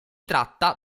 tratta